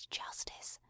justice